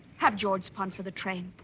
have george sponsor the train.